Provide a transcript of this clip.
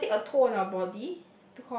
it would take a toll on our body